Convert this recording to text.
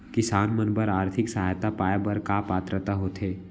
किसान मन बर आर्थिक सहायता पाय बर का पात्रता होथे?